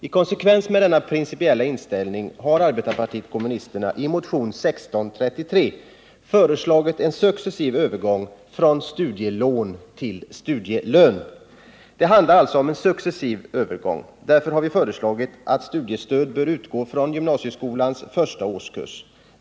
I konsekvens med denna principiella inställning har arbetarpartiet kommunisterna i motion 1633 föreslagit en successiv övergång från studielån till studielön. Det handlar alltså om en successiv övergång. Därför har vi föreslagit att studiestöd bör utgå från gymnasieskolans första årskurs.